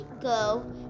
go